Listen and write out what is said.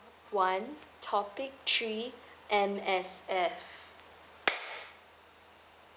one topic three M_S_F